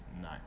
No